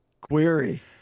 Query